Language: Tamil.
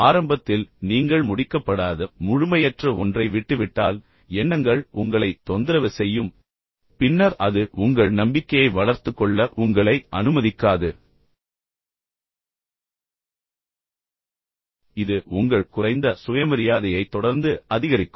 ஆரம்பத்தில் நீங்கள் முடிக்கப்படாத முழுமையற்ற ஒன்றை விட்டுவிட்டால் எண்ணங்கள் உங்களைத் தொந்தரவு செய்யும் பின்னர் அது உங்கள் நம்பிக்கையை வளர்த்துக் கொள்ள உங்களை அனுமதிக்காது இது உங்கள் குறைந்த சுயமரியாதையை தொடர்ந்து அதிகரிக்கும்